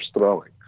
throwing